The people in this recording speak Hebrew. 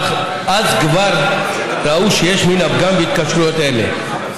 אך כבר אז ראו שיש מן הפגם בהתקשרויות אלה.